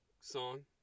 song